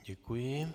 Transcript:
Děkuji.